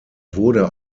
wurde